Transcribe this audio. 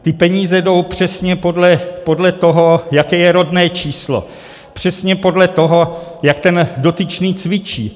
Ty peníze jdou přesně podle toho, jaké je rodné číslo, přesně podle toho, jak ten dotyčný cvičí.